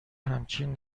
همچین